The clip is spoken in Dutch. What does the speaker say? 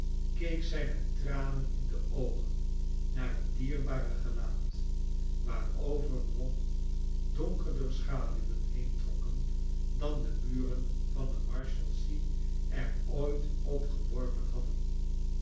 keek zij met tranen in de oogen naar het dierbare gelaat waarover nog donkerder schaduwen heen trokken dan de muren van de marshalsea er ooit op geworpen hadden